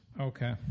Okay